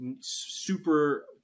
super